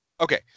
Okay